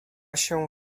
się